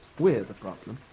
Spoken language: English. we're the problem?